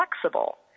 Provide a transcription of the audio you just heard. flexible